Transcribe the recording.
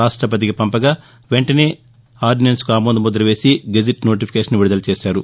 రాష్షపతికి పంపగా ఆయస వెంటనే ఆర్డినెన్స్కు ఆమోద ముద్రవేసి గెజిట్ నోటిఫికేషన్ విడుదల చేశారు